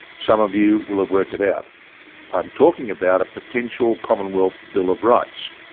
some of you will have worked it out i am talking about a potential commonwealth bill of rights.